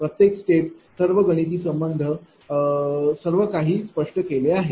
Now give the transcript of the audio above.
प्रत्येक स्टेप सर्व गणिती संबंध काही स्पष्ट केले आहेत